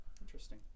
interesting